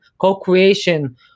co-creation